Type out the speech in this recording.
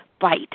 bite